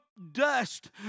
dust